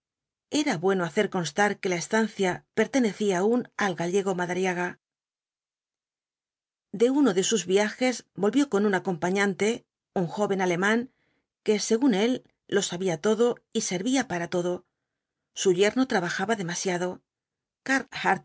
era bueno hacer constar que la estancia pertenecía aún al gallego madariaga de uno de sus viajes volvió con un acompañante un joven alemán que según él lo sabía todo y servía para todo su yerno trabajaba demasiado